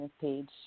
page